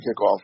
kickoff